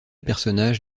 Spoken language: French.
personnage